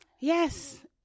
Yes